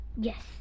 Yes